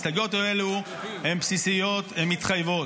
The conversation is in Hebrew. ההסתייגויות האלו הן בסיסיות, הן מתחייבות.